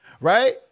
right